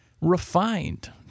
refined